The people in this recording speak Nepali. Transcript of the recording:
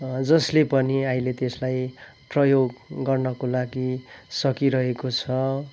जसले पनि अहिले त्यसलाई प्रयोग गर्नको लागि सकिरहेको छ